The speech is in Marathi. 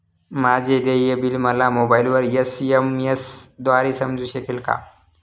माझे देय बिल मला मोबाइलवर एस.एम.एस द्वारे समजू शकेल का?